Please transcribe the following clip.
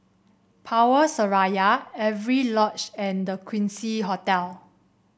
Power Seraya Avery Lodge and The Quincy Hotel